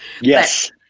Yes